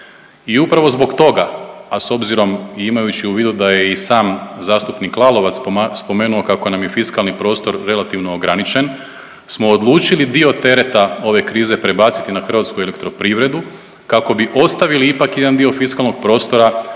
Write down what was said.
I upravo zbog toga, a s obzirom i imajući u vidu da je i sam zastupnik Lalovac spomenuo kako nam je fiskalni prostor relativno ograničen smo odlučili dio tereta ove krize prebaciti na Hrvatsku elektroprivredu kako bi ostavili ipak jedan dio fiskalnog prostora